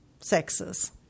sexes